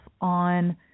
on